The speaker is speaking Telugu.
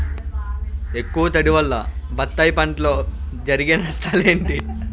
ఎక్కువ తడి వల్ల బత్తాయి పంటలో జరిగే నష్టాలేంటి?